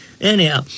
Anyhow